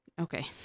Okay